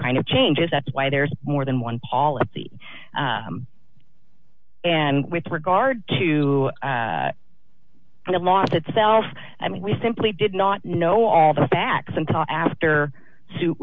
kind of changes that's why there's more than one policy and with regard to the loss itself i mean we simply did not know all the facts and talk after s